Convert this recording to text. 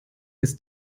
ist